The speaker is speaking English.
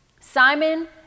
Simon